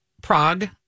Prague